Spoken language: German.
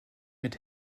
mit